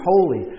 holy